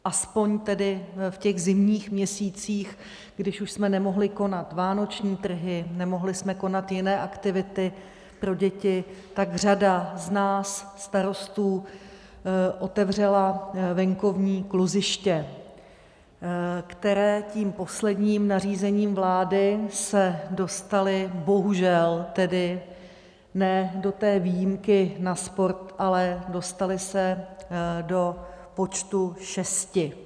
Aspoň tedy v těch zimních měsících, když už jsme nemohli konat vánoční trhy, nemohli jsme konat jiné aktivity pro děti, tak řada z nás starostů otevřela venkovní kluziště, která tím posledním nařízením vlády se dostala, bohužel tedy ne do té výjimky na sport, ale dostala se do počtu šesti.